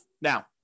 Now